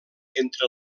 entre